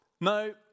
No